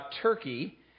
Turkey